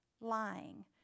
lying